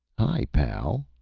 hi, pal,